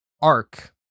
arc